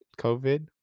COVID